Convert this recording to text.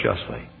justly